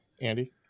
Andy